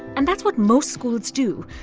and that's what most schools do.